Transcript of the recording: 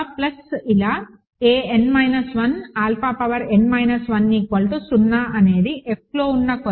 a n 1 alpha power n minus 1 0 అనేది Fలో ఉన్న కొన్ని a0 a1